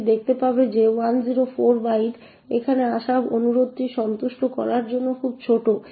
এটি দেখতে পাবে যে 104 বাইট এখানে আসা অনুরোধটি সন্তুষ্ট করার জন্য খুব ছোট